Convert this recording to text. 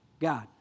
God